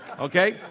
Okay